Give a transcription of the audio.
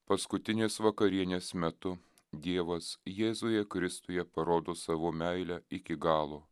paskutinės vakarienės metu dievas jėzuje kristuje parodo savo meilę iki galo